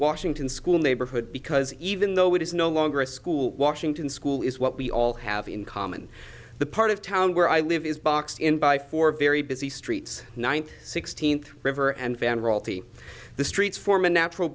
washington school neighborhood because even though it is no longer a school washington school is what we all have in common the part of town where i live is boxed in by four very busy streets nine sixteenth river and van roll to the streets form a natural